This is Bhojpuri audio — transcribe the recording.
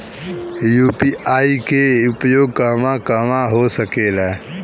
यू.पी.आई के उपयोग कहवा कहवा हो सकेला?